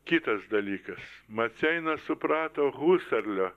kitas dalykas maceina suprato huserlio